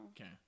Okay